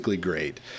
great